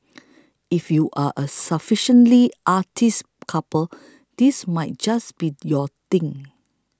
if you are a sufficiently artsy couple this might just be your thing